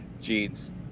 Jeans